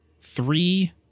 three